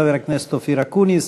חבר הכנסת אופיר אקוניס,